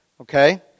Okay